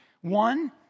one